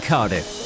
Cardiff